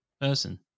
person